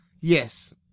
Yes